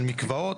של מקוואות,